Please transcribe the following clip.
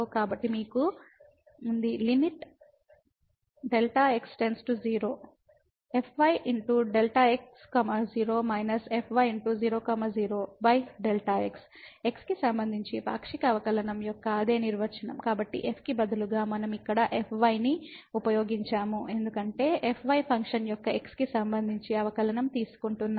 కాబట్టి మీకు Δx 0 fyΔ x 0 fy0 0Δx x కి సంబంధించి పాక్షిక అవకలనం యొక్క అదే నిర్వచనం f కి బదులుగా మనం ఇక్కడ fy ని ఉపయోగించాము ఎందుకంటే fy ఫంక్షన్ యొక్క x కి సంబంధించి అవకలనం తీసుకుంటున్నాము